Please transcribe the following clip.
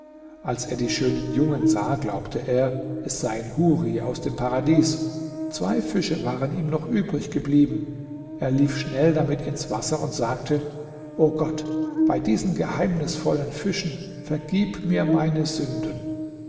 als er die schönen jungen sah glaubte er es seien huri aus dem paradies zwei fische waren ihm noch übrig geblieben er lief schnell damit ins wasser und sagte o gott bei diesen geheimnisvollen fischen vergib mir meine sünden